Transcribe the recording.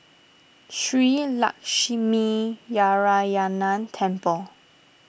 Shree Lakshminarayanan Temple